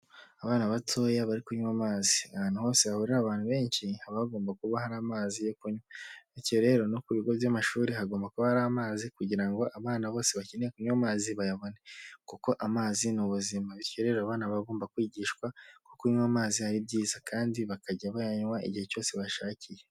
Abana batoya bari kunywa amazi, ahantu hose hahurira abantu benshi habagomba kuba hari amazi yo kunywa, bityo rero no ku bigo by'amashuri hagomba kuba hari amazi kugira ngo abana bose bakeneye kunywa amazi bayabone kuko amazi ni ubuzima, bityo rero abana bagomba kwigishwa ko kunywa amazi ari byiza kandi bakajya bayanywa igihe cyose bashakiye.